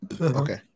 Okay